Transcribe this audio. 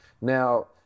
now